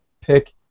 pick